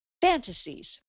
fantasies